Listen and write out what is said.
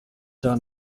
cyaha